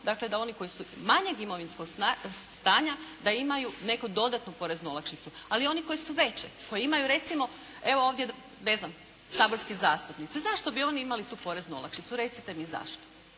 dakle da oni koji su manjeg imovinskog stanja da imaju neku dodatnu poreznu olakšicu. Ali oni koji su većeg, koji imaju recimo evo ovdje ne znam saborski zastupnici. Zašto bi oni imali tu poreznu olakšicu? Recite mi zašto?